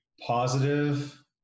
positive